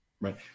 right